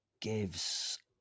gives